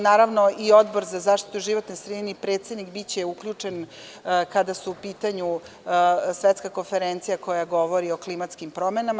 Naravno, i Odbor za zaštitu životne sredine i predsednik biće uključeni kada je u pitanju Svetska konferencija koja govori o klimatskim promenama.